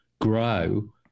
grow